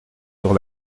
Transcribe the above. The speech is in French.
sur